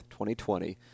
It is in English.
2020